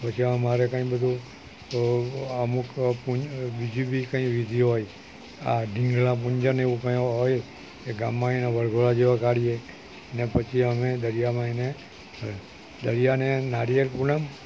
પછી અમારે કાંઇ બધુ તો અમુક બીજી બી કંઇ વિધિ હોય આ ઢીંગલા પૂજન એવું કાંઇ હોય એ ગામમાં એના વરઘોડા જેવા કાઢીએ ને પછી અમે દરિયામાં એને દરિયાને નારિયેળ પૂનમ